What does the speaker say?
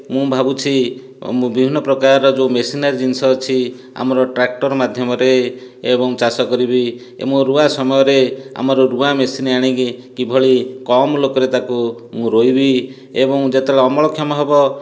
ମୁଁ ଭାବୁଛି ବିଭିନ୍ନ ପ୍ରକାରର ଯେଉଁ ମେସିନାରି ଜିନିଷ ଅଛି ଆମର ଟ୍ରାକ୍ଟର ମାଧ୍ୟମରେ ଏବଂ ଚାଷ କରିବି ଏବଂ ରୁଆ ସମୟରେ ଆମର ରୁଆ ମେସିନୀ ଆଣିକି କିଭଳି କମ୍ ଲୋକରେ ତାକୁ ମୁଁ ରୋଇବି ଏବଂ ଯେତେବେଳେ ଅମଳ କ୍ଷମ ହେବ